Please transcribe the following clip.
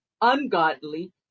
ungodly